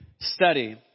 study